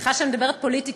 סליחה שאני מדברת פוליטיקה.